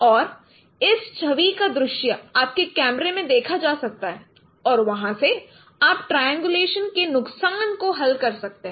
और इस छवि का दृश्य आपके कैमरे में देखा जा सकता है और वहां से आप ट्रायंगुलेशन के नुकसान को हल कर सकते हैं